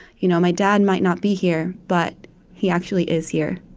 you know my dad might not be here, but he actually is here.